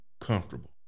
comfortable